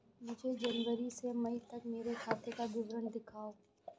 मुझे जनवरी से मई तक मेरे खाते का विवरण दिखाओ?